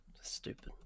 stupid